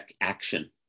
action